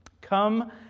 Come